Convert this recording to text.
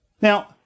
Now